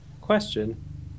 Question